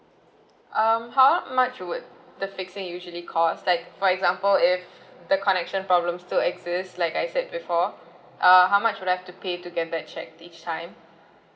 um how much would the fixing usually cost like for example if the connection problem still exist like I said before uh how much would I have to pay to get that checked each time